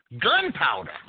gunpowder